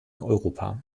europa